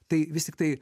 tai vis tiktai